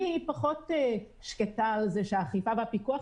אני פחות שקטה מהאכיפה ומהפיקוח,